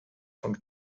von